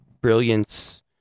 brilliance